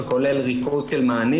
שכולל הרבה מענים,